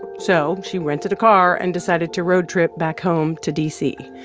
so she rented a car and decided to road-trip back home to d c.